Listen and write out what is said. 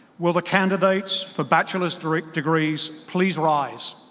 will the candidates for bachelor's degrees degrees please rise?